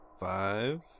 Five